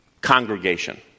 congregation